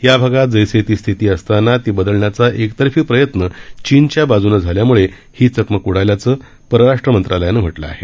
या भागात जैसे थे स्थिती असताना ती बदलण्याचा एकतर्फी प्रयत्न चीनच्या बाजूनं झाल्यामुळे ही चकमक उडाल्याचं परराष्ट्र मंत्रालयानं म्हटलं आहे